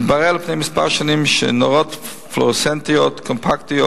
התברר לפני כמה שנים שנורות פלואורסצנטיות קומפקטיות,